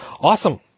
Awesome